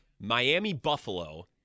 Miami-Buffalo